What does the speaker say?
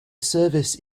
service